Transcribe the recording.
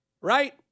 right